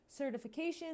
certifications